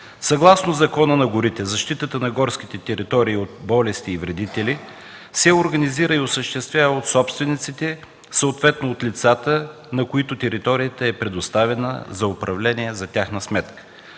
Съгласно Закона за горите защитата на горските територии от болести и вредители се организира и осъществява от собствениците, съответно от лицата, на които територията е предоставена за управление за тяхна сметка.